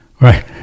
Right